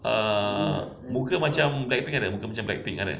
ah muka macam blackpink ada muka macam blackpink ada